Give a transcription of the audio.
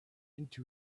into